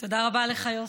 תודה רבה לך, יוסי.